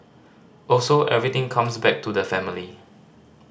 also everything comes back to the family